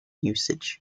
usage